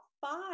five